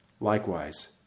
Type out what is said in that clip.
Likewise